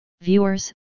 viewers